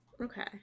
okay